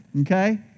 Okay